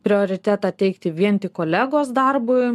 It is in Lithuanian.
prioritetą teikti vien tik kolegos darbui